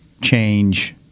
change